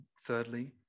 Thirdly